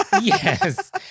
Yes